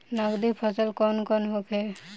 नकदी फसल कौन कौनहोखे?